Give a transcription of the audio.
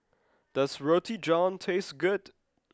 does Roti John taste good